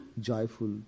joyful